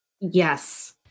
Yes